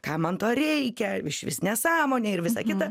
kam man to reikia išvis nesąmonė ir visa kita